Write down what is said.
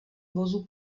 vozů